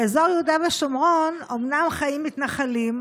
באזור יהודה ושומרון חיים מתנחלים,